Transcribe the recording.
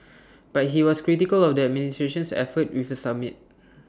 but he was critical of the administration's efforts with A summit